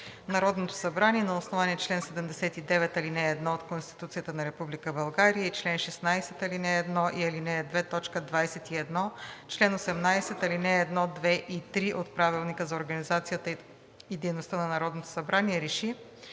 Народното събрание на основание чл. 79, ал. 1 от Конституцията на Република България и чл. 16, ал. 1 и ал. 2, т. 21, чл. 18, ал. 1, 2 и 3 от Правилника за организацията и дейността на Народното събрание РЕШИ: